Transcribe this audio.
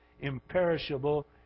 imperishable